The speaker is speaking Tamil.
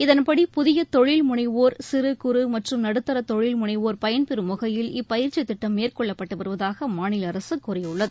இதன்படி புதிய தொழில்முனைவோர் சிறு குறு மற்றும் நடுத்தர தொழில் முனைவோர் பயன்பெறும் வகையில் இப்பயிற்சித் திட்டம் மேற்கொள்ளப்பட்டு வருவதாக மாநில அரசு கூறியுள்ளது